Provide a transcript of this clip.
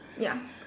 ya